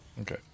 Okay